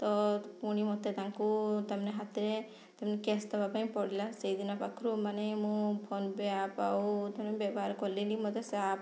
ତ ପୁଣି ମୋତେ ତାଙ୍କୁ ତା ମାନେ ହାତରେ ତା ମାନେ କ୍ୟାସ୍ ଦେବା ପାଇଁ ପଡ଼ିଲା ସେଇ ଦିନ ପାଖରୁ ମାନେ ମୁଁ ଫୋନ୍ପେ ଆପ୍ ଆଉ ତାମାନେ ବ୍ୟବହାର କଲିନି ମୋତେ ସେ ଆପ୍